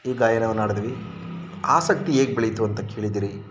ಈ ಗಾಯನವನ್ನು ಹಾಡಿದ್ವಿ ಆಸಕ್ತಿ ಹೇಗೆ ಬೆಳೀತು ಅಂತ ಕೇಳಿದ್ರಿ